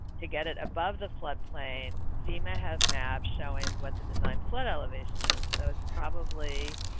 to get it above the flood plain fema has maps showing what the design flood elevation is. so it's probably.